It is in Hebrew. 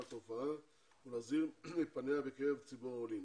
התופעה ולהזהיר מפניה בקרב ציבור העולים.